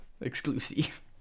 Exclusive